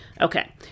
Okay